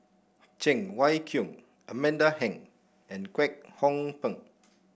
Cheng Wai Keung Amanda Heng and Kwek Hong Png